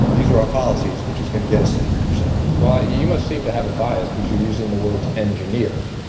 these are our policies, which is going to get us to three percent. well, you must seem to have a bias because you're using the words engineered,